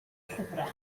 llyfrau